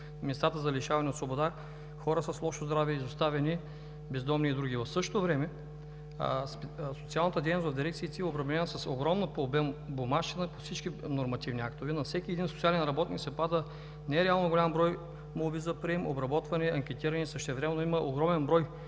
местата за лишаване от свобода, хора с лошо здраве, изоставени, бездомни и други. В същото време социалната дейност в дирекциите е обременена с огромна по обем бумащина по всички нормативни актове. На всеки един социален работник се пада нереално голям брой молби за прием, обработване, анкетиране и същевременно има огромен брой